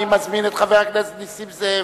אני מזמין את חבר הכנסת נסים זאב.